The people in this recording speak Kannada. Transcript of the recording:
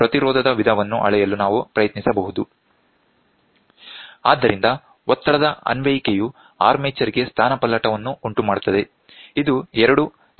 ಆದ್ದರಿಂದ ಒತ್ತಡದ ಅನ್ವಯಿಕೆಯು ಆರ್ಮೆಚರ್ ಗೆ ಸ್ಥಾನಪಲ್ಲಟವನ್ನು ಉಂಟುಮಾಡುತ್ತದೆ ಇದು ಎರಡು ತಂತಿಗಳನ್ನು ಉದ್ದವಾಗಿಸುತ್ತದೆ